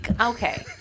okay